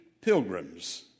pilgrims